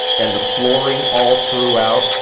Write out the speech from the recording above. and the flooring all throughout.